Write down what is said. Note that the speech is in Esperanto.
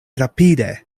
rapide